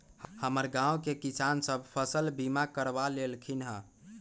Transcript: हमर गांव के किसान सभ फसल बीमा करबा लेलखिन्ह ह